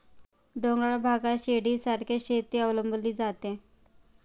डोंगराळ भागात शिडीसारखी शेती अवलंबली जाते